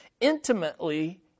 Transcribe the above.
intimately